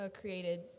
Created